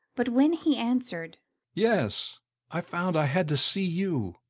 but when he answered yes i found i had to see you,